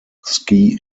ski